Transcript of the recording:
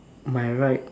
my right